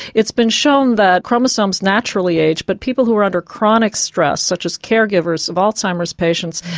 it's been shown that chromosomes naturally age, but people who are under chronic stress such as care-givers of alzheimer's patients,